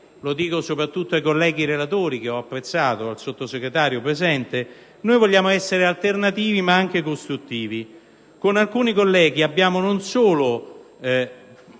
lo dico soprattutto ai colleghi relatori che ho apprezzato, e al Sottosegretario presente - vogliamo essere alternativi ma anche costruttivi. Con alcuni colleghi abbiamo non solo